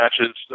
matches